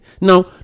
now